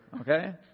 Okay